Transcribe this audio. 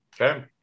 Okay